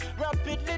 Rapidly